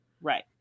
right